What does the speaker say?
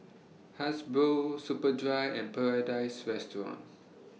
Hasbro Superdry and Paradise Restaurant